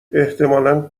احتمالا